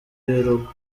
yurugo